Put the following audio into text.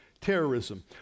terrorism